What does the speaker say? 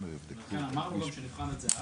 לכן אמרנו גם שנבחן את זה,